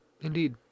Indeed